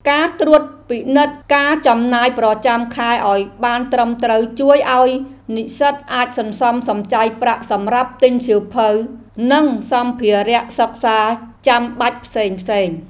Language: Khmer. ការត្រួតពិនិត្យការចំណាយប្រចាំខែឱ្យបានត្រឹមត្រូវជួយឱ្យនិស្សិតអាចសន្សំសំចៃប្រាក់សម្រាប់ទិញសៀវភៅ និងសម្ភារៈសិក្សាចាំបាច់ផ្សេងៗ។